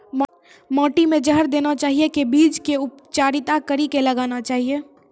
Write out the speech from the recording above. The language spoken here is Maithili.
माटी मे जहर देना चाहिए की बीज के उपचारित कड़ी के लगाना चाहिए?